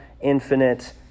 infinite